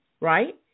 right